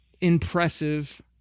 impressive